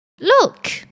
Look